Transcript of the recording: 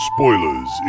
Spoilers